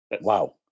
Wow